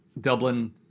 Dublin